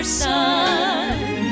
sun